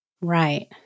Right